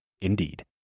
Indeed